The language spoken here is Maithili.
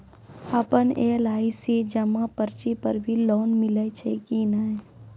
आपन एल.आई.सी जमा पर्ची पर भी लोन मिलै छै कि नै?